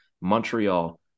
Montreal